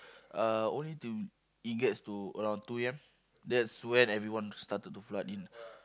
uh only to it gets to around two A_M that's when everyone started to flood in